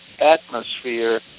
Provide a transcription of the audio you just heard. atmosphere